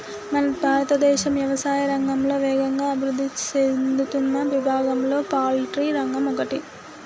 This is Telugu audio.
మన భారతదేశం యవసాయా రంగంలో వేగంగా అభివృద్ధి సేందుతున్న విభాగంలో పౌల్ట్రి రంగం ఒకటి